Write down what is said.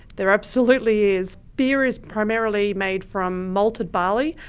there absolutely is! beer is primarily made from malted barley,